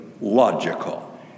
logical